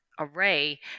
array